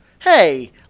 Hey